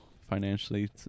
financially